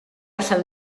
allan